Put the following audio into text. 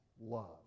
love